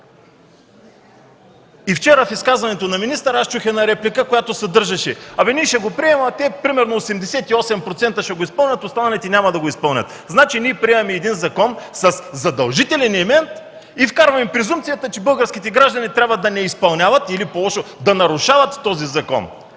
Вчера в изказването на министъра чух реплика, която съдържаше – ние ще го приемем, а примерно 88% ще го изпълнят, останалите няма да го изпълнят. Значи ние приемаме закон със задължителен елемент и вкарваме презумпцията, че българските граждани трябва да не изпълняват или по-лошо – да нарушават този закон,